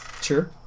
Sure